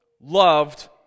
loved